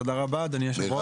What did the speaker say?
תודה רבה, אדוני היושב-ראש.